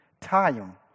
Time